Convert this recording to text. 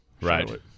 right